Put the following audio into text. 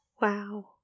Wow